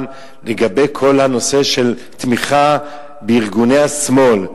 לגבי כל הנושא של תמיכה בארגוני השמאל,